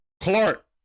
Clark